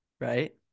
right